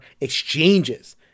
exchanges